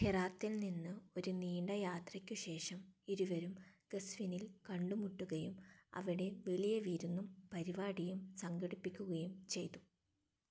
ഹെറാത്തിൽ നിന്ന് ഒരു നീണ്ട യാത്രയ്ക്ക് ശേഷം ഇരുവരും ഖസ്വിനിൽ കണ്ടുമുട്ടുകയും അവിടെ വലിയ വിരുന്നും പരിപാടിയും സംഘടിപ്പിക്കുകയും ചെയ്തു